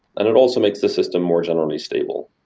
and it also makes the system more generally stable.